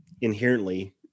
inherently